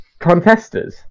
Contesters